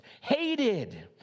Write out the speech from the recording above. hated